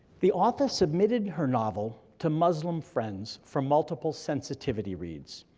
the author submitted her novel to muslim friends from multiple sensitivity reads,